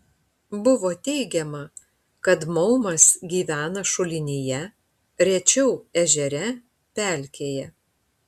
buvo teigiama kad maumas gyvena šulinyje rečiau ežere pelkėje